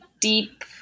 deep